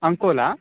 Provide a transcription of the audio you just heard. Ankola